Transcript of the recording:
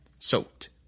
soaked